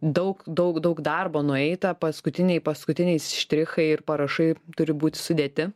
daug daug daug darbo nueita paskutiniai paskutiniai štrichai ir parašai turi būti sudėti